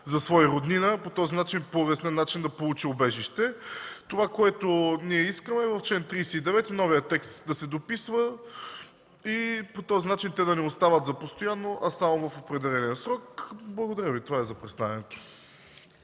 за свой роднина. Този начин е по-лесният начин да получи убежище. Това, което ние искаме в чл. 39, е с новия текст да се дописва и по този начин те да не остават за постоянно, а само за определения срок. Това е за представянето.